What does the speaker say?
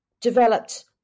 developed